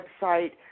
website